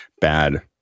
bad